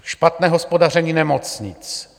Špatné hospodaření nemocnic.